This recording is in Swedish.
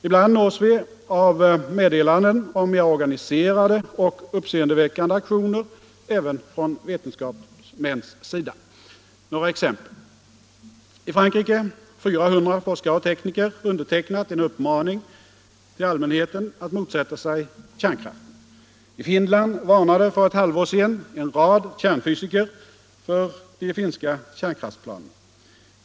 Ibland nås vi av meddelanden om mer organiserade och uppseendeväckande aktioner från vetenskapsmännens sida. Några exempel: I Frankrike har 400 forskare och tekniker undertecknat en uppmaning till allmänheten att motsätta sig kärnkraften. I Finland varnade för ett halvår sedan en rad kärnfysiker för de finska kärnkraftsplanerna.